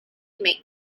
made